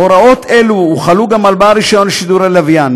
הוראות אלה הוחלו גם על בעל רישיון לשידורי לוויין.